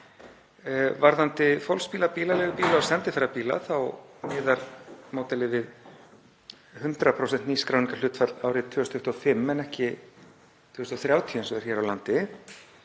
Varðandi fólksbíla, bílaleigubíla og sendiferðabíla þá miðar módelið við 100% nýskráningarhlutfall árið 2025 en ekki 2030 eins og er hér á landi,